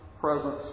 presence